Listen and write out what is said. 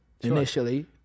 initially